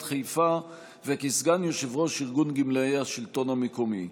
חיפה וכסגן יושב-ראש ארגון גמלאי השלטון המקומי.